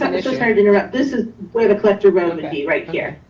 i'm sorry to interrupt. this is where the collector road would be right here,